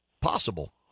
possible